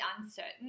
uncertain